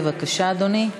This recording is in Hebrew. בבקשה, אדוני.